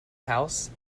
house